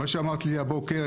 מה שאמרת לי הבוקר,